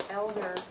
elder